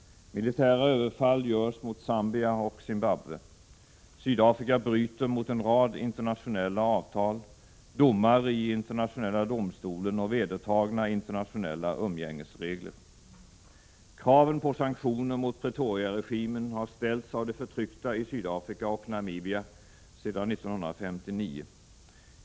Militära överfall görs mot Zambia och Zimbabwe. Sydafrika bryter mot en rad internationella avtal, domar i Internationella domstolen och vedertagna internationella umgängesregler. Kraven på sanktioner mot Pretoriaregimen har ställts av de förtryckta i Sydafrika och Namibia sedan 1959.